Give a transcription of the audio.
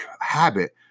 habit